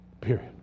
Period